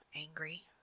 angry